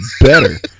better